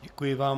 Děkuji vám.